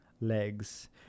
legs